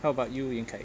how about you ying kai